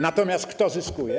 Natomiast kto zyskuje?